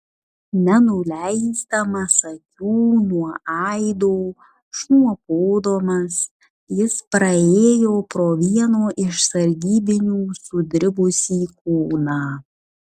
nenuleisdamas akių nuo aido šnopuodamas jis praėjo pro vieno iš sargybinių sudribusį kūną